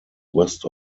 west